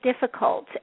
difficult